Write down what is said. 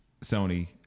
Sony